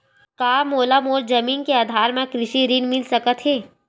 का मोला मोर जमीन के आधार म कृषि ऋण मिल सकत हे?